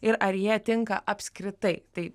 ir ar jie tinka apskritai tai